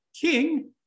king